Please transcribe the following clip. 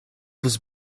was